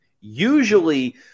Usually